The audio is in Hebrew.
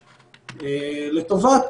לטובת,